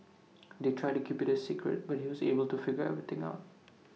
they tried to keep IT A secret but he was able to figure everything out